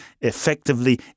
effectively